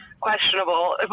Questionable